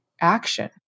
action